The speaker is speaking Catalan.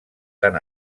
tan